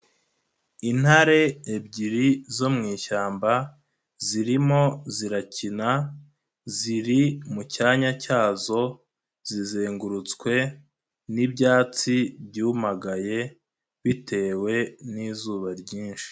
Intare ebyiri zo mu ishyamba zirimo zirakina ziri mu cyanya cyazo zizengurutswe n'ibyatsi byuyumagaye bitewe n'izuba ryinshi.